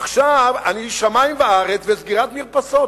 עכשיו, שמים וארץ וסגירת מרפסות.